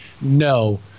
No